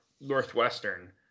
Northwestern